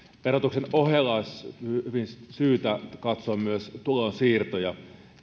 verotuksen ohella olisi syytä katsoa myös tulonsiirtoja